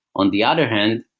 on the other hand,